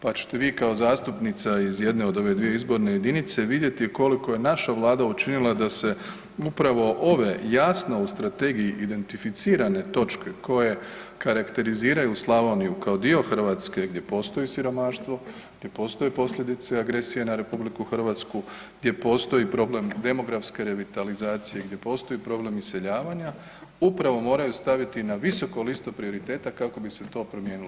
Pa ćete vi kao zastupnica iz jedne od ove dvije izborne jedinice vidjeti koliko je naša Vlada učinila da se upravo ove jasno u strategiji identificirane točke koje karakteriziraju Slavoniju kao dio Hrvatske gdje postoji siromaštvo, gdje postoje posljedice agresije na RH, gdje postoji problem demografske revitalizacije, gdje postoji problem iseljavanja upravo moraju staviti na visoko listu prioriteta kako bi se to promijenilo.